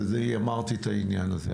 אז אני אמרתי את העניין הזה.